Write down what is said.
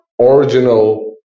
original